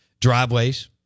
driveways